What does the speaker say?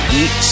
eat